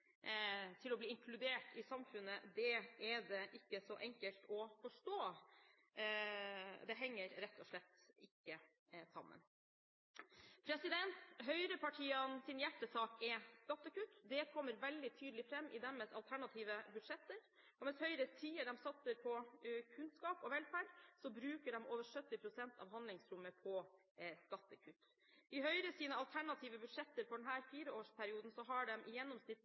til å bli inkludert i samfunnet, er det ikke så lett å forstå, det henger rett og slett ikke sammen. Høyrepartienes hjertesak er skattekutt. Det kommer veldig tydelig fram i deres alternative budsjetter. Mens Høyre sier at de satser på kunnskap og velferd, bruker de over 70 pst. av handlingsrommet på skattekutt. I Høyres alternative budsjetter for denne fireårsperioden har de i gjennomsnitt